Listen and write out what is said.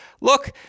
Look